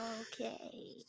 Okay